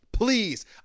Please